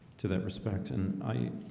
to that respect and i